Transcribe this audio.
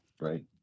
right